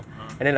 ah